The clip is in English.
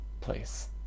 place